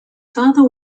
father